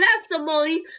testimonies